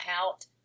out